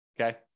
Okay